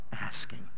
asking